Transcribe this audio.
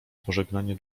pożegnanie